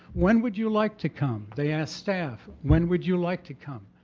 when would you like to come? they asked staff when would you like to come?